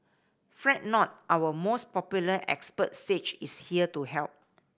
fret not our most popular expert stage is here to help